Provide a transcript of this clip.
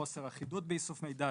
חוסר אחידות באיסוף מידע,